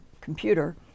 computer